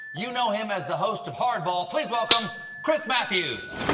you know him as the host of hardball, please welcome chris matthews!